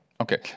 Okay